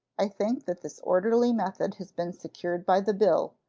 i think that this orderly method has been secured by the bill,